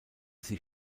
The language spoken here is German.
sie